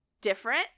different